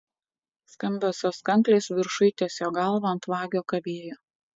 skambiosios kanklės viršuj ties jo galva ant vagio kabėjo